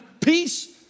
peace